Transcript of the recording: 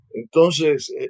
Entonces